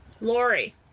Lori